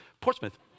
Portsmouth